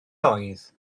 oedd